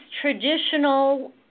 traditional